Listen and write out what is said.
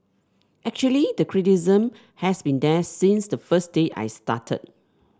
actually the criticism has been there since the first day I started